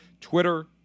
Twitter